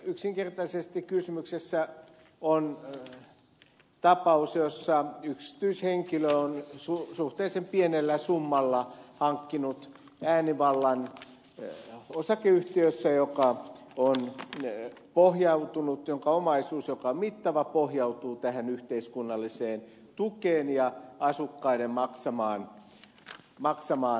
yksinkertaisesti kysymyksessä on tapaus jossa yksityishenkilö on suhteellisen pienellä summalla hankkinut äänivallan osakeyhtiössä jonka omaisuus joka on nähty lee pohjautunut ja omaisuus jopa mittava pohjautuu yhteiskunnalliseen tukeen ja asukkaiden maksamaan vuokraan